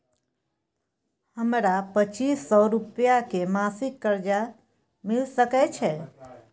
हमरा पच्चीस सौ रुपिया के मासिक कर्जा मिल सकै छै?